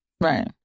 right